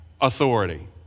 authority